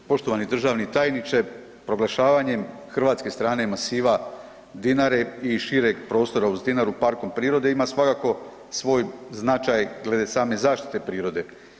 Poštovani državni tajniče, proglašavanjem hrvatske strane masiva Dinare i šireg prostora uz Dinaru parkom prirode, ima svakako svoj značaj glede same zaštite prirode.